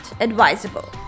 advisable